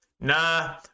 nah